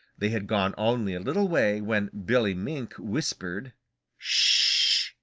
they had gone only a little way when billy mink whispered sh-h!